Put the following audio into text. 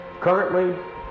currently